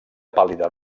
pàl·lida